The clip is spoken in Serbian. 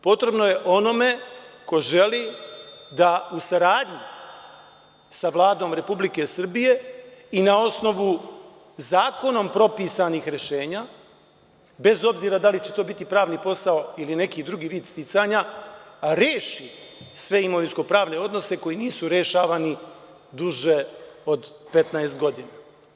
Potrebno je onome ko želi da u saradnji sa Vladom RS i na osnovu zakonom propisanih rešenja, bez obzira da li će to biti pravni posao ili neki drugi vid sticanja, reši sve imovinsko-pravne odnose koji nisu rešavani duže od 15 godina.